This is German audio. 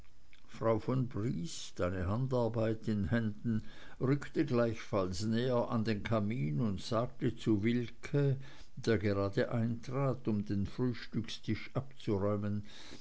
frau von briest eine handarbeit in händen rückte gleichfalls näher an den kamin und sagte zu wilke der gerade eintrat um den frühstückstisch abzuräumen